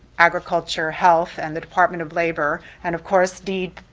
agriculture health, and the department of labor, and of course deed,